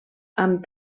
amb